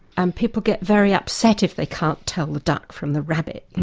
and people get very upset if they can't tell the duck from the rabbit, and